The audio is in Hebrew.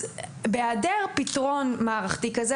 בהיעדר פתרון מערכתי כזה,